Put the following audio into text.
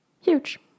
Huge